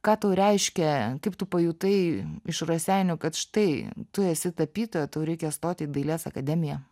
ką tau reiškia kaip tu pajutai iš raseinių kad štai tu esi tapytoja tau reikia stoti į dailės akademiją